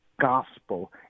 gospel